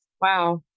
Wow